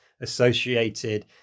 associated